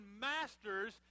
masters